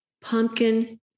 pumpkin